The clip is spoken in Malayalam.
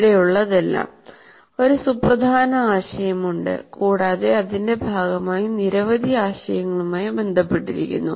ഇവിടെയുള്ളതെല്ലാം ഒരു സുപ്രധാന ആശയമുണ്ട് കൂടാതെ അതിന്റെ ഭാഗമായി നിരവധി ആശയങ്ങളുമായി ബന്ധപ്പെട്ടിരിക്കുന്നു